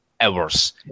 hours